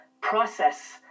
process